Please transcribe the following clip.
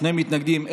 שני מתנגדים,